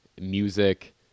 Music